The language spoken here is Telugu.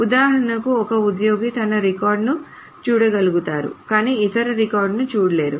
ఉదాహరణకు ఒక ఉద్యోగి తన రికార్డును చూడగలుగుతారు కాని ఇతరుల రికార్డులు చూడలేరు